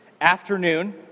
afternoon